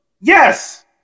Yes